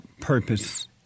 purpose